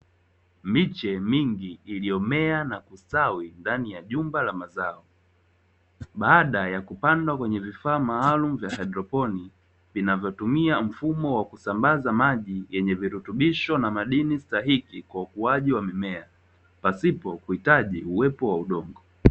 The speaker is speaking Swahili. Miche mingi iliyomea na kustawi katika jengo la mazao baada ya kupandwa kwenye vifaa maalumu vya hydroponiki, yenye kutumia mfumo wa kusambaza maji yenye virutubisho na madini stahiki kwa ukuwaji wa mimea pasipo kuhitaji udongo.